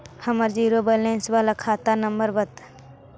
हमर zero balance बाला खाता नम्बर बत?